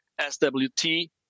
SWT